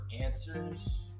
answers